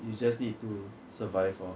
you just need to survive lor